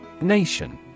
Nation